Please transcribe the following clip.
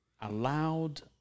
allowed